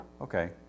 okay